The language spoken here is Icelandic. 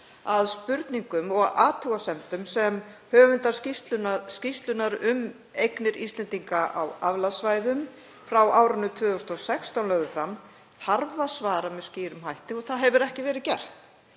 að spurningum og athugasemdum sem höfundar skýrslunnar um eignir Íslendinga á aflandssvæðum frá árinu 2016 lögðu fram þarf að svara með skýrum hætti. Og það hefur ekki verið gert.